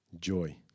Joy